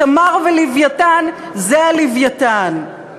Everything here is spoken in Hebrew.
"תמר" ו"לווייתן" זה הלווייתן.